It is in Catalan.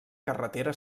carretera